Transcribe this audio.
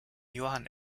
johann